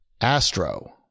Astro